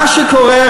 מה שקורה,